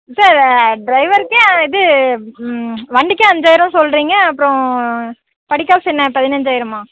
sir டிரைவருக்கே இது வண்டிக்கே அஞ்சாயிரம் சொல்லுறீங்க அப்புறம் படிக்காசு என்ன பதினைஞ்சாயிரமா